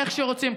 איך שרוצים,